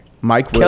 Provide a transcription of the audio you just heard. Mike